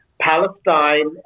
Palestine